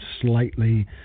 slightly